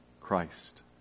Christ